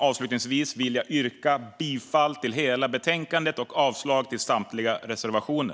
Avslutningsvis vill jag yrka bifall till utskottets förslag i betänkandet och avslag på alla reservationer.